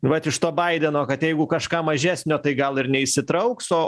vat iš to baideno kad jeigu kažką mažesnio tai gal ir neįsitrauks o